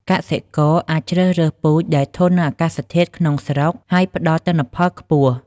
កសិករអាចជ្រើសរើសពូជដែលធន់នឹងអាកាសធាតុក្នុងស្រុក ហើយផ្តល់ទិន្នផលខ្ពស់។